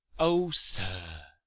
o, sir,